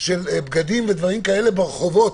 של בגדים וכאלה ברחובות,